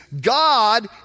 God